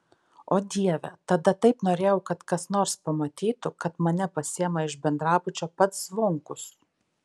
o dieve tada taip norėjau kad kas nors pamatytų kad mane pasiima iš bendrabučio pats zvonkus